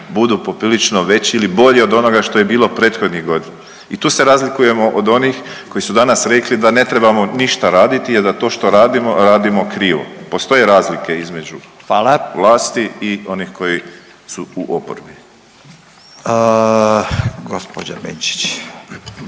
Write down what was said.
Hvala. Hvala. Hvala. Izvolite